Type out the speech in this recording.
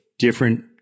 different